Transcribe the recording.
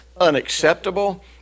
unacceptable